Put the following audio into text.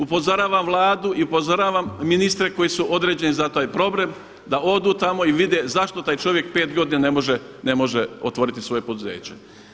Upozoravam Vladu i upozoravam ministre koji su određeni za taj problem, da odu tamo i vide zašto taj čovjek 5 godina ne može otvoriti svoje poduzeće.